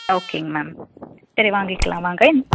ஓகேங்க மேம் சரி வாங்கிக்கலாம் வாங்க